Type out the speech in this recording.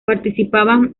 participaban